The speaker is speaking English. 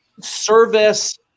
service